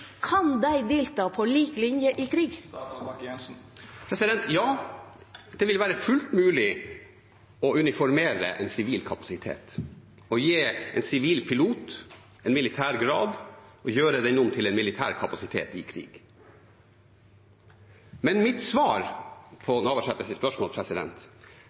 kan dei delta på lik linje i krig? Ja, det vil være fullt mulig å uniformere en sivil kapasitet og gi en sivil pilot en militær grad og gjøre den om til en militær kapasitet i krig. Men mitt svar på Navarsetes spørsmål